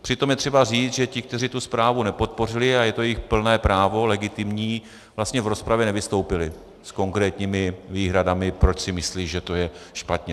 Přitom je třeba říci, že ti, kteří tu zprávu nepodpořili, a je to jejich plné právo, legitimní, vlastně v rozpravě nevystoupili s konkrétními výhradami, proč si myslí, že to je špatně.